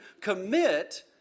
commit